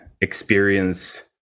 experience